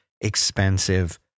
expensive